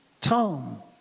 Tom